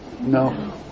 No